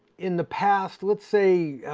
in the past let's say,